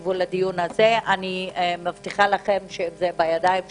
אם זה בידיים שלי,